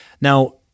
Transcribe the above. Now